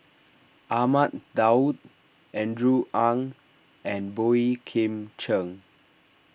Ahmad Daud Andrew Ang and Boey Kim Cheng